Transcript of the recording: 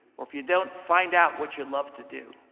or if you don't find out what you love to do.